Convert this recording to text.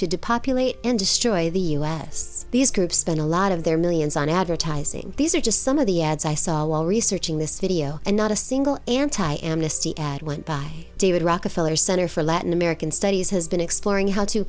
depopulation and destroy the us these groups spend a lot of their millions on advertising these are just some of the ads i saw while researching this video and not a single anti amnesty ad went by david rockefeller center for latin american studies has been exploring how to